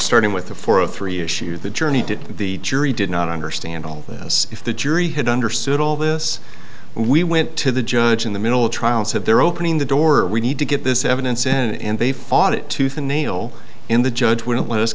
starting with a four a three issue of the journey to the jury did not understand all this if the jury had understood all this we went to the judge in the middle of trials have their opening the door we need to get this evidence in and they fought it tooth and nail in the judge wouldn't let us